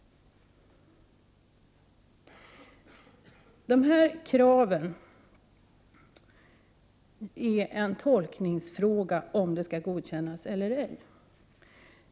Det är en tolkningsfråga om sådana krav skall godkännas eller ej.